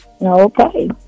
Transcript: okay